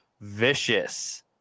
vicious